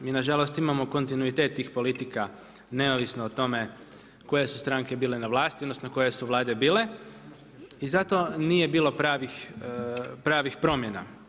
Mi nažalost imamo kontinuitet tih politika neovisno o tome koje su stranke bile na vlasti odnosno koje su vlade bile i zato nije bilo pravih promjena.